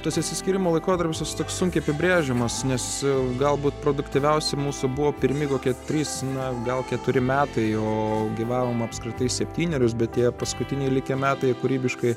tas išsiskyrimo laikotarpis jis toks sunkiai apibrėžiamas nes galbūt produktyviausi mūsų buvo pirmi kokie trys na gal keturi metai o gyvavom apskritai septynerius bet tie paskutiniai likę metai kūrybiškai